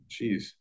Jeez